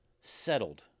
settled